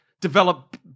develop